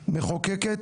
מחוקקת,